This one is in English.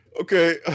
okay